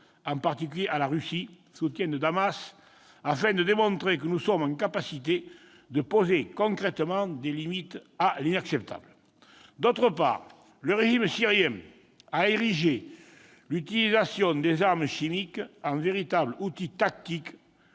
en particulier à la Russie, soutien de Damas, afin de démontrer que nous sommes en capacité de poser concrètement des limites à l'inacceptable. D'autre part, le régime syrien a érigé l'utilisation des armes chimiques en véritable outil tactique